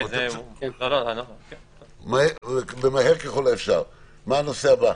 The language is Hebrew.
מה הנושא הבא?